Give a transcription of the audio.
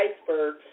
iceberg